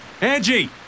Angie